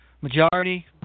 Majority